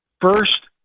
first